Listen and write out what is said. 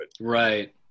right